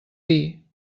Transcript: dir